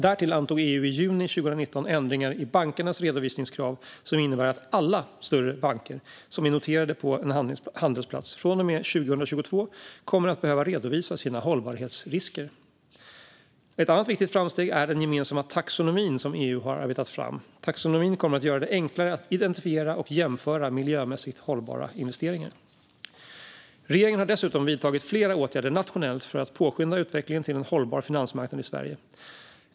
Därtill antog EU i juni 2019 ändringar i bankernas redovisningskrav som innebär att alla större banker som är noterade på en handelsplats från och med 2022 kommer att behöva redovisa sina hållbarhetsrisker. Ett annat viktigt framsteg är den gemensamma taxonomi som EU arbetat fram. Taxonomin kommer att göra det enklare att identifiera och jämföra miljömässigt hållbara investeringar. Regeringen har dessutom vidtagit flera åtgärder nationellt för att påskynda utvecklingen till en hållbar finansmarknad i Sverige.